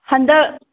ꯍꯟꯗꯛ